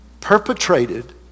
perpetrated